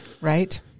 Right